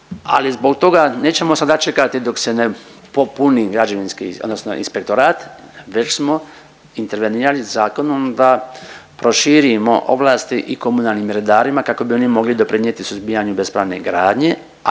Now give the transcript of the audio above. ali zbog toga nećemo sada čekati dok se ne popuni građevinski, odnosno inspektorat već smo intervenirali zakonom da proširimo ovlasti i komunalnim redarima kako bi oni mogli doprinijeti suzbijanju bespravne gradnje,